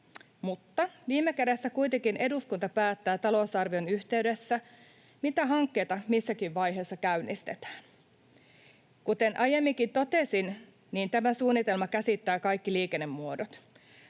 Mutta viime kädessä kuitenkin eduskunta päättää talousarvion yhteydessä, mitä hankkeita missäkin vaiheessa käynnistetään. Kuten aiemminkin totesin, tämä suunnitelma käsittää kaikki liikennemuodot.